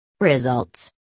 results